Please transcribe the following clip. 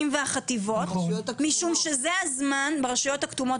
וחטיבות הביניים משום שזה הזמן ברשויות הכתומות